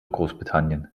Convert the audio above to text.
großbritannien